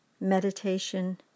meditation